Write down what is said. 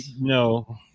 No